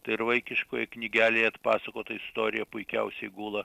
tai ir vaikiškoje knygelėje atpasakota istorija puikiausiai gula